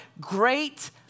Great